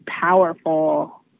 powerful